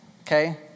okay